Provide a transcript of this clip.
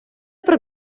про